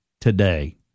today